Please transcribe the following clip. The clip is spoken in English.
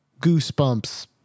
goosebumps